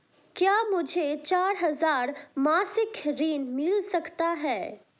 क्या मुझे चार हजार मासिक ऋण मिल सकता है?